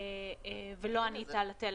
אותך ולא ענית לטלפון.